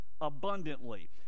abundantly